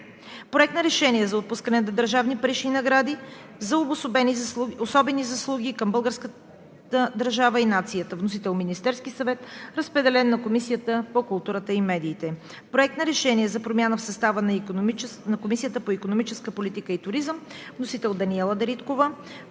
Проект на решение за отпускане на държавни парични награди за особени заслуги към българската държава и нация. Вносител е Министерският съвет. Разпределен е на Комисията по културата и медиите. Проект на решение за промяна в състава на Комисията по икономическа политика и туризъм. Вносител е Даниела Дариткова.